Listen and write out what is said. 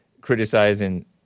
criticizing